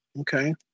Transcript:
Okay